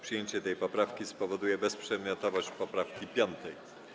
Przyjęcie tej poprawki spowoduje bezprzedmiotowość poprawki 5.